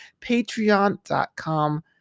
patreon.com